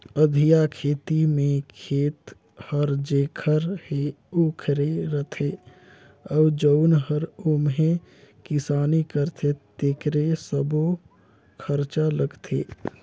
अधिया खेती में खेत हर जेखर हे ओखरे रथे अउ जउन हर ओम्हे किसानी करथे तेकरे सब्बो खरचा लगथे